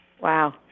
Wow